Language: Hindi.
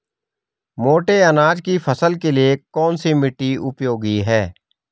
मोटे अनाज की फसल के लिए कौन सी मिट्टी उपयोगी है?